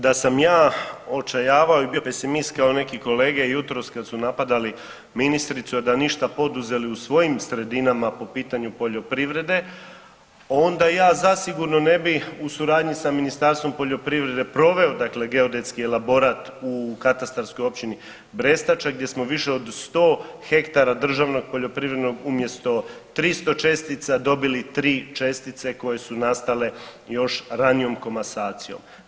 Da sam ja očajavao i bio pesimist kao neki kolege jutros kada su napadali ministrici, a da ništa poduzeli u svojim sredinama po pitanju poljoprivrede onda ja zasigurno ne bi u suradnji sa Ministarstvom poljoprivrede proveo geodetski elaborat u katastarskoj općini Brestača gdje smo više od 100 hektara državnog poljoprivrednog umjesto 300 čestica dobili tri čestice koje su nastale još ranijom komasacijom.